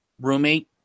roommate